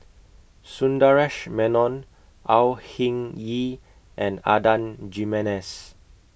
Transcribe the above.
Sundaresh Menon Au Hing Yee and Adan Jimenez